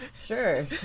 sure